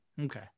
Okay